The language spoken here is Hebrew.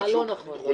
מה לא נכון?